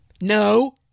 No